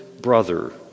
brother